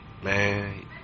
Man